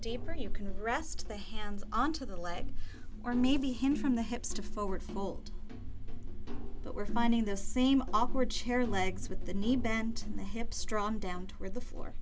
deeper you can rest the hands on to the leg or maybe him from the hips to forward fold but we're finding the same awkward chair legs with the knee bend in the hip strong down to where the f